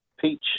peach